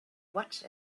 watch